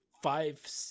five